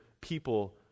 people